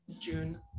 June